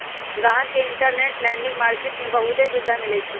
गाहक के interbank lending market में बहुते सुविधा मिलई छई